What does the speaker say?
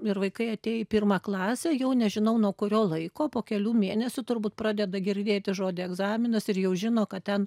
ir vaikai atėję į pirmą klasę jau nežinau nuo kurio laiko po kelių mėnesių turbūt pradeda girdėti žodį egzaminas ir jau žino kad ten